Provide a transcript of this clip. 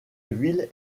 ville